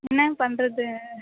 என்னாங்க பண்ணுறது